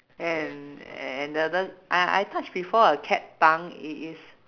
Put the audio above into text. and a~ another I I touch before a cat tongue it is